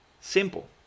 simple